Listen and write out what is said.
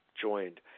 joined